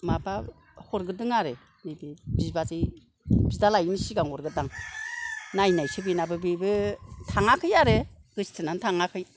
माबा हरगोरदों आरो बिदि बिबाजै बिदा लायैनि सिगां हरगोरदां नायनायसो बिनाबो बिबो थाङाखै आरो गोसथोनानै थाङाखै